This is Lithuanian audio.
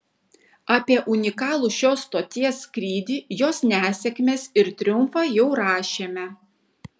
apie unikalų šios stoties skrydį jos nesėkmes ir triumfą jau rašėme